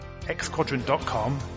xquadrant.com